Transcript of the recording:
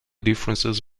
differences